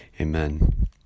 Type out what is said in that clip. Amen